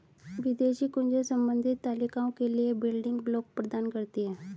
विदेशी कुंजियाँ संबंधित तालिकाओं के लिए बिल्डिंग ब्लॉक प्रदान करती हैं